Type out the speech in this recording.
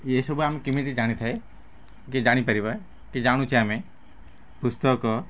ଇଏ ସବୁ ଆମେ କେମିତି ଜାଣିଥାଏ କି ଜାଣିପାରିବା କି ଜାଣୁଛେ ଆମେ ପୁସ୍ତକ